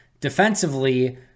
defensively